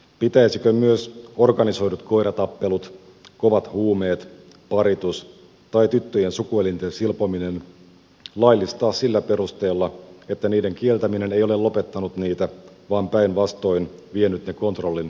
pitäisikö myös organisoidut koiratappelut kovat huumeet paritus tai tyttöjen sukuelinten silpominen laillistaa sillä perusteella että niiden kieltäminen ei ole lopettanut niitä vaan päinvastoin vienyt ne kontrollin ulottumattomiin